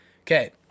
Okay